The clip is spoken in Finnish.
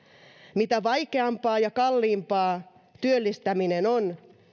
mitä vaikeampaa ja kalliimpaa työllistäminen on